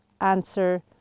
answer